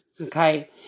Okay